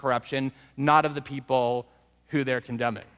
corruption not of the people who they're condemning